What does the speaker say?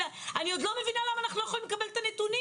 אני עוד לא מבינה למה אנחנו לא יכולים לקבל את הנתונים?